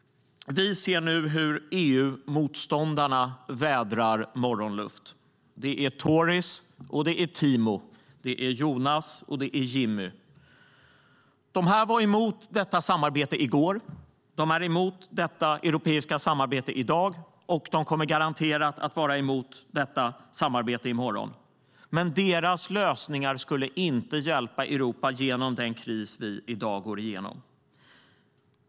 Vi ser nu hur EU-motståndarna vädrar morgonluft. Det är tories och det är Timo, det är Jonas och det är Jimmie. De var emot detta samarbete i går, de är emot detta europeiska samarbete i dag och de kommer garanterat att vara emot detta samarbete i morgon. Men deras lösningar skulle inte hjälpa Europa genom den kris vi i dag går igenom.